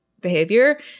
behavior